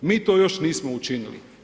Mi to još nismo učinili.